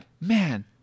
man